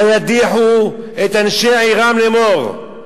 וידיחו את אנשי עירם לאמור,